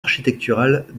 architecturales